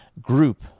group